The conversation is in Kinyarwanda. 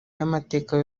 y’amateka